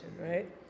right